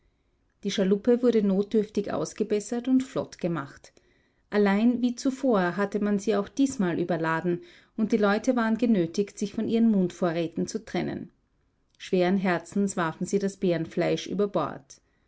die schaluppe wurde notdürftig ausgebessert und flottgemacht allein wie zuvor hatte man sie auch diesmal überladen und die leute waren genötigt sich von ihren mundvorräten zu trennen schweren herzens warfen sie das bärenfleisch über bord